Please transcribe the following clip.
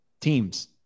teams